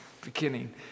beginning